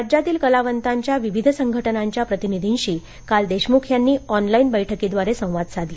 राज्यातील कलावंतांच्या विविध संघटनांच्या प्रतिनिधींशी काल देशमुख यांनी ऑनलाइन बैठकीद्वारे संवाद साधला